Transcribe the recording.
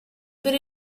per